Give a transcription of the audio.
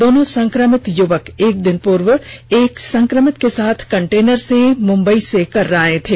दोनों संक्रमित युवक एक दिन पूर्व एक संक्रमित के साथ कंटेनर से मुम्बई से कर्रा आये थे